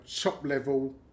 top-level